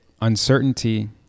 Uncertainty